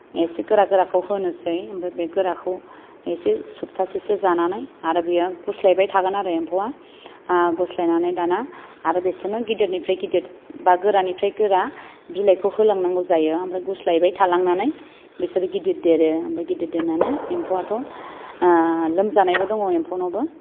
एसे गोरा गोराखौ होनोसै ओमफ्राय बे गोराखौ एसे सप्ताहसेसो जानानै आरो बियो गुरस्लायबाय थागोन आरो एम्फौआ गुरस्लायनानै दाना आरो बेसोरनो गिदिरनिफ्राय गिदिर बा गोरानिफ्राय गोरा बिलाइखौ होलांनांगौ जायो ओमफ्राय गुस्लायबाय थालांनानै बेसोर गिदिर देरो ओमफ्राय गिदिर देरनानै एम्फौआथ' लोमजानायबो दङ एम्फौनावबो